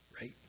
right